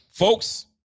Folks